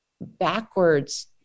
backwards